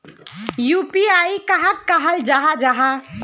UPI कहाक कहाल जाहा जाहा?